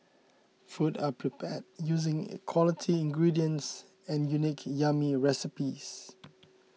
food are prepared using quality ingredients and unique yummy recipes